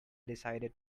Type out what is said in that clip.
decided